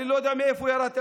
אני לא יודע מאיפה ירדתי.